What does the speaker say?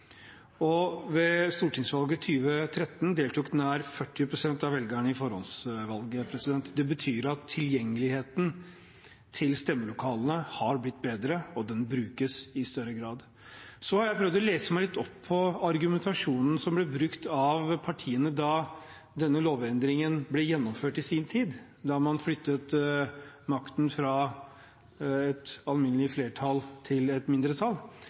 valget. Ved stortingsvalget i 2013 deltok nær 40 pst. av velgerne i forhåndsvalget. Det betyr at tilgjengeligheten til stemmelokalene har blitt bedre, og den brukes i større grad. Jeg har prøvd å lese meg litt opp på argumentasjonen som ble brukt av partiene da denne lovendringen ble gjennomført i sin tid, da man flyttet makten fra et alminnelig flertall til et mindretall.